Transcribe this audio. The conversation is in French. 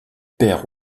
perd